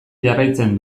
jarraitzen